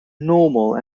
normal